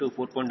186 0